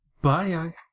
Bye